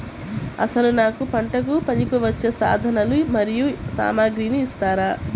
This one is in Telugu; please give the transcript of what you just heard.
అసలు నాకు పంటకు పనికివచ్చే సాధనాలు మరియు సామగ్రిని ఇస్తారా?